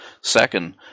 second